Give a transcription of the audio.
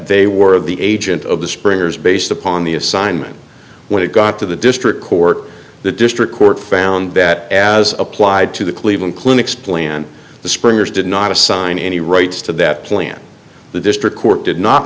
they were the agent of the springers based upon the assignment when it got to the district court the district court found that as applied to the cleveland clinic splay and the springers did not assign any rights to that plan the district court did not